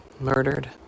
murdered